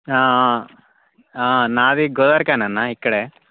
నాది గోదారి కని అన్న ఇక్కడే